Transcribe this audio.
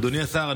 אדוני השר,